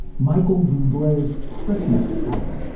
michael boue bleys christmas album,